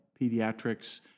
pediatrics